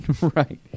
Right